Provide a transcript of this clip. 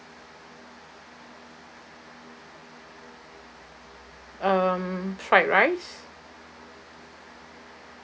um fried rice